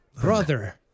brother